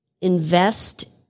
invest